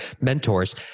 mentors